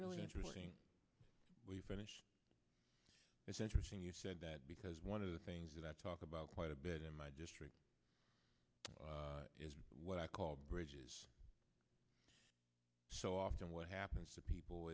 interesting we finished it's interesting you said that because one of the things that i talk about quite a bit in my district is what i call bridges so often what happens to people